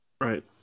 Right